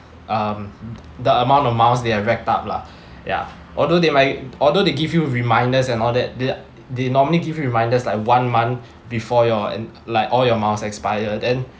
um the amount of miles that are racked up lah ya although they might although they give you reminders and all that they they normally give you reminders like one month before your and like all your miles expire then